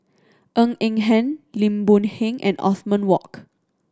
Ng Eng Hen Lim Boon Heng and Othman Wok